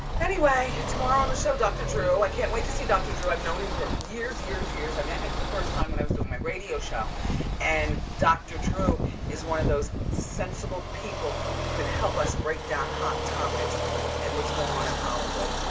anyway, tomorrow on the show, doctor drew. i can't wait to see doctor drew, i've known him for years, years, years. i met him for the first time when i was doing my radio show and doctor drew is one of those sensible people who can help up break down hot topics and what's going on in and hollywood.